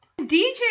DJ